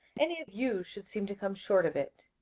any of you should seem to come short of it.